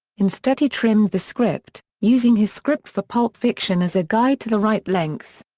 instead he trimmed the script, using his script for pulp fiction as a guide to the right length.